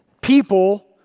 people